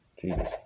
Jesus